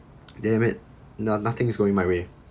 damn it no~ nothing's going my way